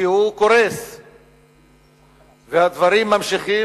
הוא קורס והדברים נמשכים,